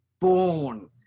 born